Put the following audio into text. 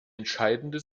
entscheidende